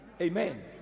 Amen